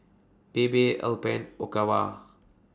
Bebe Alpen Ogawa